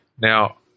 Now